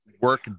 work